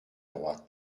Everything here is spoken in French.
droite